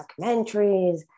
documentaries